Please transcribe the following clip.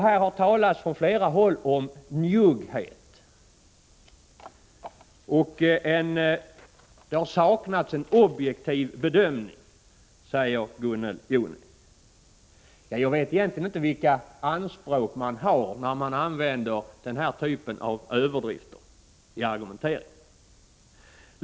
Här har från flera håll talats om njugghet. En objektiv bedömning har saknats, säger Gunnel Jonäng. Jag vet inte vilka anspråk man har, när man i sin argumentering använder den här typen av överdrifter.